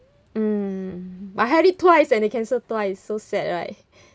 mm but I had it twice and they cancel twice so sad right